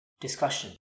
Discussion